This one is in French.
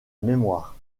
mémoire